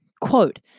Quote